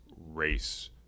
race